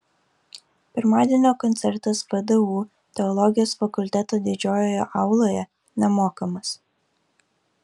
pirmadienio koncertas vdu teologijos fakulteto didžiojoje auloje nemokamas